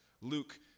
Luke